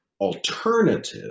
alternative